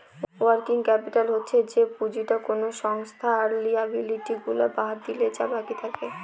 working capital হচ্ছে যে পুঁজিটা কোনো সংস্থার লিয়াবিলিটি গুলা বাদ দিলে যা বাকি থাকে